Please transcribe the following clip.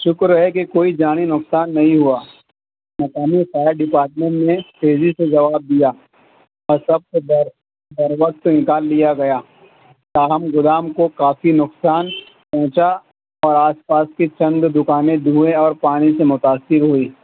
شُکر ہے کہ کوئی جانی نقصان نہیں ہُوا مقامی فائر ڈپارٹمنٹ نے تیزی سے جواب دیا اور سب کو بر وقت نکال لیا گیا تاہم گودام کو کافی نقصان پہونچا اور آس پاس کے چند دُکانیں دھوئیں اور پانی سے متاثر ہوئیں